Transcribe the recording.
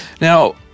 Now